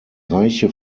reiche